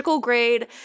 grade